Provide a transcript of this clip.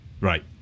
Right